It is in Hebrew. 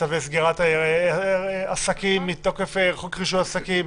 צווי סגירת עסקים מתוך חוק רישוי עסקים.